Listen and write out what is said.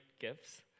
gifts